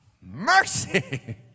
Mercy